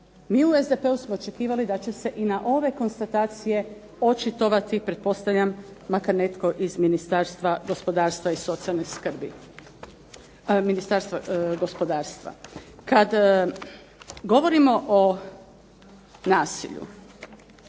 Mi u SDP-u smo očekivali da će se i na ove konstatacije očitovati pretpostavljam makar netko iz Ministarstva gospodarstva. Kada govorimo o nasilju,